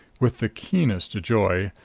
with the keenest joy,